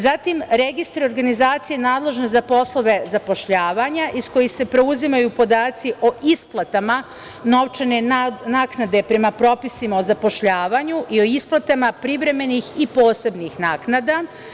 Zatim, registar organizacije nadležne za poslove zapošljavanja iz kojih se preuzimaju podaci o isplatama novčane naknade prema propisima o zapošljavanju i o isplatama privremenih i posebnih naknada.